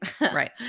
right